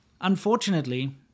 unfortunately